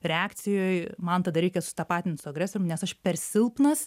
reakcijoj man tada reikia susitapatint su agresorium nes aš per silpnas